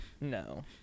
No